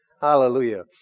Hallelujah